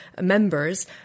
members